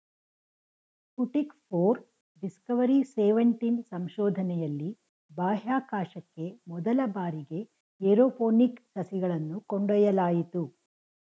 Sputnik four, Discovery seventeen ಸಂಶೋಧನೆಯಲ್ಲಿ ಬಾಹ್ಯಾಕಾಶಕ್ಕೆ ಮೊದಲ ಬಾರಿಗೆ ಏರೋಪೋನಿಕ್ ಸಸಿಗಳನ್ನು ಕೊಂಡೊಯ್ಯಲಾಯಿತು